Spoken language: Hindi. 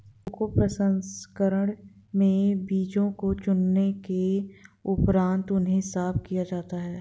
कोको प्रसंस्करण में बीजों को चुनने के उपरांत उन्हें साफ किया जाता है